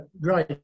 great